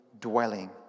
dwelling